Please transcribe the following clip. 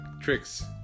tricks